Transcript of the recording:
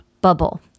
bubble